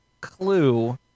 clue